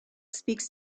speaks